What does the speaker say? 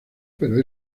pero